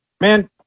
Man